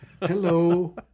hello